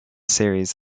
series